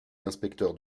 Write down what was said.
l’inspecteur